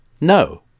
No